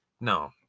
No